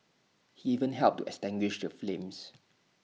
he even helped to extinguish the flames